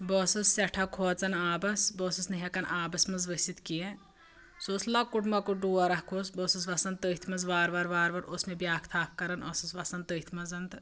بہٕ ٲسس سیٹھاہ کھوژان آبس بہٕ ٲسٕس نہٕ ہیکان آبس منٛز ؤسِتھ کیٛنٚہہ سُہ اوس لۄکُٹ مۄکُٹ ڈوراکھ اوس بہٕ ٲسٕس وسان تٔتھۍ منٛز وارٕ وارٕ وارٕ وارٕ اوسُم بیاکھ تھپھ کرن ٲسٕس وسان تٔتھۍ منٛز تہِ